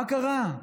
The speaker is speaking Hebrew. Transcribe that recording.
מה קרה?